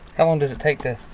how long does it take to.